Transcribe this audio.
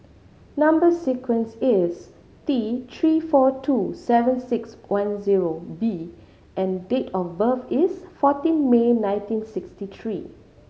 number sequence is T Three four two seven six one zero B and date of birth is fourteen May nineteen sixty three